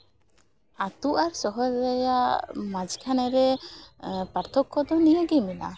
ᱟᱹᱛᱩ ᱟᱨ ᱥᱚᱦᱚᱨ ᱨᱮᱭᱟᱜ ᱢᱟᱡᱷᱠᱷᱟᱱᱮ ᱨᱮ ᱯᱟᱨᱛᱷᱚᱠᱠᱚ ᱫᱚ ᱱᱤᱭᱟᱹ ᱜᱮ ᱢᱮᱱᱟᱜᱼᱟ